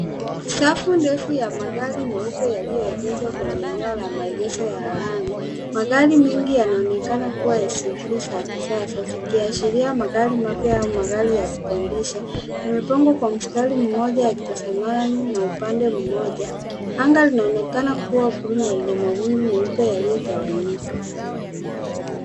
Safu ndefu ya magari meupe yaliyoegeshwa kwenye eneo la maegesho ya lami. Magari mengi yanaonekana kuwa SUV za kisasa, zikiashiria magari mapya au magari ya kukodisha. Yamepangwa kwa mstari mmoja yakitazamana na upande mmoja. Anga linaonekana kuwa bluu na lina mawingu meupe yaliyotawanyika.